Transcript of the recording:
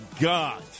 god